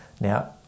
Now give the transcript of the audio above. Now